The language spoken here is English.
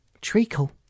treacle